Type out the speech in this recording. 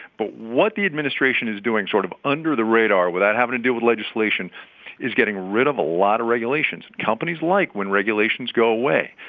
but what the administration is doing sort of under the radar without having to deal with legislation is getting rid of a lot of regulations. companies like when regulations go away.